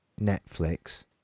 Netflix